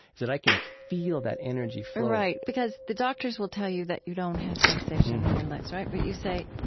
that i can feel that energy flowing right. because the doctors will tell you that you don't have sensation in your legs, right but you say,